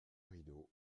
rideau